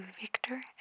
Victor